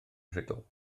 rhugl